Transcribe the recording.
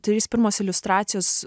trys pirmos iliustracijos